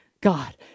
God